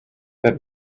that